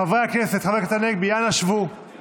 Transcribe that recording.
חברי הכנסת, חבר הכנסת הנגבי, אנא, שבו